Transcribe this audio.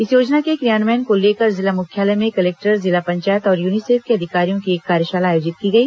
इस योजना के क्रियान्वयन को लेकर जिला मुख्यालय में कलेक्टर जिला पंचायत और यूनीसेफ के अधिकारियों की एक कार्यशाला आयोजित की गई